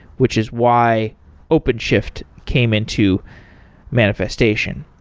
which is why openshift came into manifestation.